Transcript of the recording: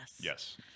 Yes